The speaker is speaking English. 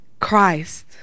Christ